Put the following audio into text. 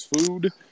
food